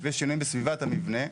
וגורם נוסף הוא שינויים בסביבת המבנה,